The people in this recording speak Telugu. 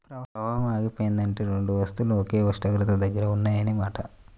ప్రవాహం ఆగిపోయిందంటే రెండు వస్తువులు ఒకే ఉష్ణోగ్రత దగ్గర ఉన్నాయన్న మాట